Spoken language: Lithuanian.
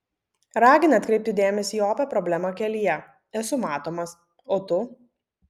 ragina atkreipti dėmesį į opią problemą kelyje esu matomas o tu